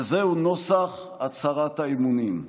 וזהו נוסח הצהרת האמונים: